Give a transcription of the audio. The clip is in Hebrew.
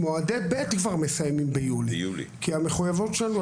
זאת המחויבות שלנו.